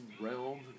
realm